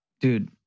Dude